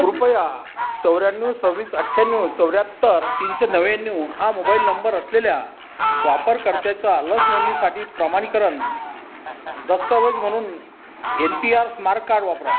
कृपया चौऱ्याण्णव सव्वीस अठ्याण्णव चौऱ्याहत्तर तीनशे नव्याण्णव हा मोबाईल नंबर असलेल्या वापरकर्त्याचा लस नोंदणीसाठी प्रमाणीकरण दस्तऐवज म्हणून N P R smart card वापरा